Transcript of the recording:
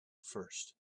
first